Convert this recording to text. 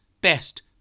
best